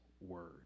Word